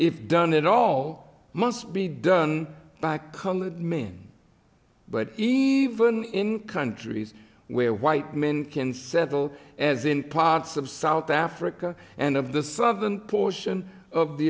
if done it all must be done by men but even in countries where white men can settle as in parts of south africa and of the southern portion of the